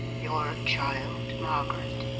your child, margaret?